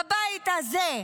בבית הזה,